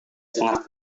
sangat